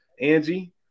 Angie